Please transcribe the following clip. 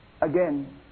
again